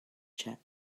check